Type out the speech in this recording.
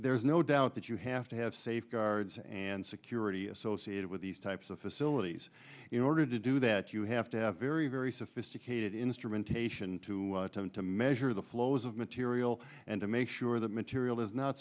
there's no doubt that you have to have safeguards and security associated with these types of facilities in order to do that you have to have very very sophisticated instrumentation to him to measure the flows of material and to make sure that material is not